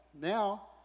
Now